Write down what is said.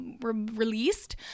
released